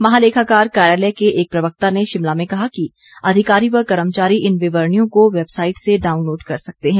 महालेखाकार कार्यालय के एक प्रवक्ता ने शिमला में कहा कि अधिकारी व कर्मचारी इन विवरणियों को वैबसाईट से डाउनलोड कर सकते हैं